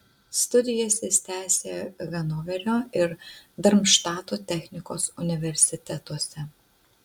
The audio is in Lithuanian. studijas jis tęsė hanoverio ir darmštato technikos universitetuose